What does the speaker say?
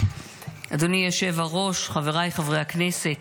אדוני יושב-הראש, חבריי חברי הכנסת,